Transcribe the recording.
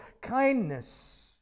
kindness